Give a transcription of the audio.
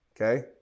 Okay